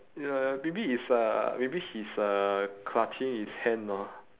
ya maybe it's uh maybe he's uh clutching his hand hor